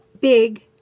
big